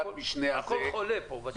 הכול חולה פה.